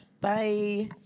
Bye